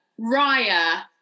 Raya